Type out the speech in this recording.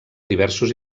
diversos